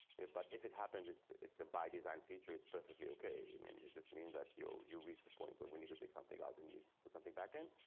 but if it happens. it's it's a by design feature. it's perfectly ok. i mean, it just means that you, you reach the point where we need to take something out and need to put something back in.